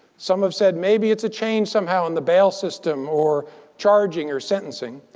some have said, maybe it's a change, somehow, in the bail system or charging or sentencing.